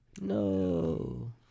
no